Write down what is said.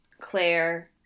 Claire